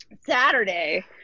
Saturday